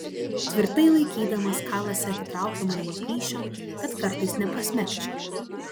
tvirtai laikydamas kalasi atitraukė mane nuo plyšio kad kartais neprasmegčiau